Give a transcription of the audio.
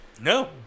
No